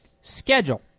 Schedule